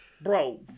Bro